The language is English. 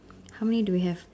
how many do we have